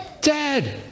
dad